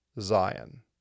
Zion